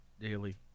daily